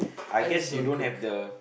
I just don't cook